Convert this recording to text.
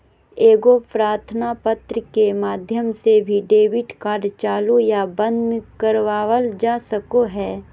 एगो प्रार्थना पत्र के माध्यम से भी डेबिट कार्ड चालू या बंद करवावल जा सको हय